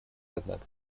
однако